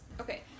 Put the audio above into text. Okay